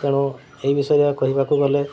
ତେଣୁ ଏହି ବିଷୟରେ କହିବାକୁ ଗଲେ